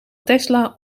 tesla